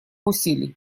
усилий